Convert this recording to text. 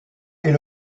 est